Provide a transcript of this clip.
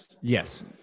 Yes